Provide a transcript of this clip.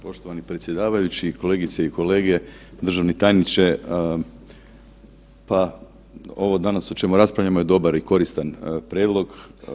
Poštovani predsjedavajući, kolegice i kolege, državni tajniče, pa ovo danas o čemu raspravljamo je dobar i koristan prijedlog.